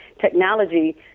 technology